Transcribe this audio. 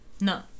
No